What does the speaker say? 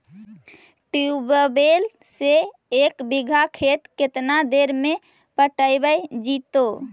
Tubewell से एक बिघा खेत केतना देर में पटैबए जितै?